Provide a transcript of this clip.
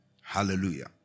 Hallelujah